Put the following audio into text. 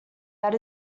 that